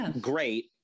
great